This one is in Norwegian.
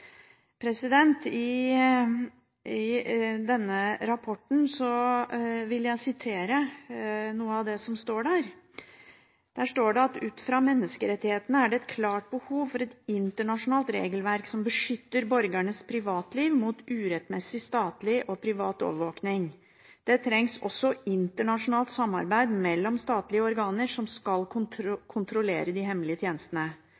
vil sitere noe av det som står i innstillingen: «Ut fra menneskerettighetene er det et klart behov for et internasjonalt regelverk som beskytter borgernes privatliv mot urettmessig statlig og privat overvåking. Det trengs også internasjonalt samarbeid mellom statlige organer som skal